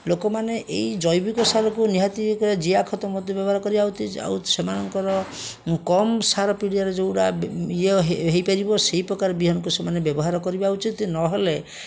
ଲୋକମାନେ ଏହି ଜୈବିକସାରକୁ ନିହାତି ଏକ ଜିଆ ଖତ ମଧ୍ୟ ବ୍ୟବହାର କରିବା ଉଚିତ ଆଉ ସେମାନଙ୍କର କମ୍ ସାର ପିଡ଼ିଆର ଯେଉଁଗୁଡ଼ା ଇଏ ହୋଇପାରିବ ସେହିପ୍ରକାର ବିହନକୁ ସେମାନେ ବ୍ୟବହାର କରିବା ଉଚିତ ନହେଲେ